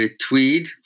tweed